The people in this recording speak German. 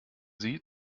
sie